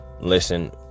listen